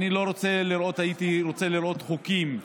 הייתי רוצה לראות חוקים,